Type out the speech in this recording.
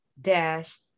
dash